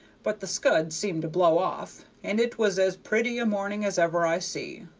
but the scud seemed to blow off, and it was as pretty a morning as ever i see.